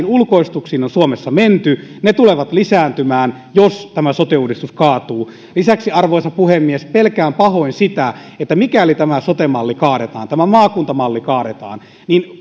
ulkoistuksiin on suomessa menty ne tulevat lisääntymään jos tämä sote uudistus kaatuu lisäksi arvoisa puhemies pelkään pahoin sitä että mikäli tämä sote malli kaadetaan tämä maakuntamalli kaadetaan niin